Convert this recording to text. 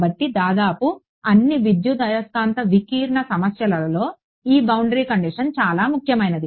కాబట్టి దాదాపు అన్ని విద్యుదయస్కాంత వికీర్ణ సమస్యలలో ఈ బౌండరీ కండిషన్ చాలా ముఖ్యమైనది